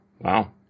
Wow